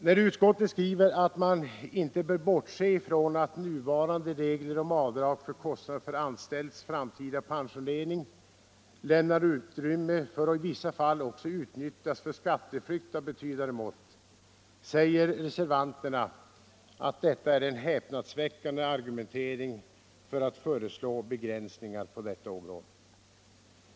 När utskottet skriver att man inte bör bortse ifrån att nuvarande regler för avdrag för kostnader för anställds framtida pensionering lämnar utrymme för och i vissa fall utnyttjas för skatteflykt av betydande mått, säger reservanterna att detta är en häpnadsväckande argumentering för att föreslå begränsningar på detta område.